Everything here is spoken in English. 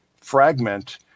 fragment